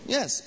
Yes